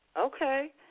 Okay